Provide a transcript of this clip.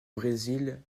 brésil